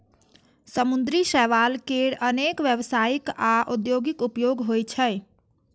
समुद्री शैवाल केर अनेक व्यावसायिक आ औद्योगिक उपयोग होइ छै